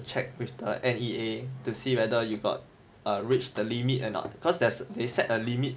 check with the N_E_A to see whether you got err reached the limit or not cause there's a they they set a limit